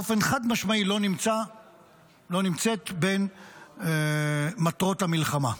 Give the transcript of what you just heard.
באופן חד-משמעי לא נמצאת בין מטרות המלחמה.